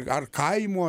ar kaimo